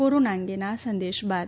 corona અંગેના આ સંદેશ બાદ